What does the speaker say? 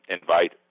invite